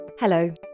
Hello